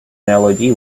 led